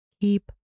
keep